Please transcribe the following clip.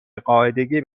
قاعدگی